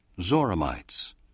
Zoramites